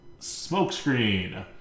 Smokescreen